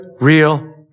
real